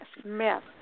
Smith